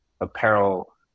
apparel